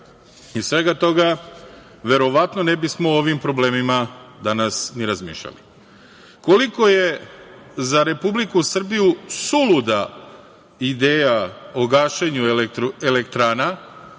i svega toga, verovatno ne bismo o ovim problemima danas ni razmišljali. Koliko je za Republiku Srbiju suluda ideja o gašenju elektrana,